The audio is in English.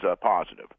positive